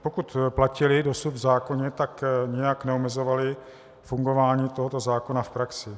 Pokud platily dosud v zákoně, tak nijak neomezovaly fungování tohoto zákona v praxi.